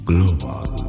Global